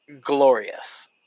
glorious